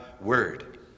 word